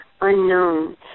unknown